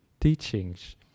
teachings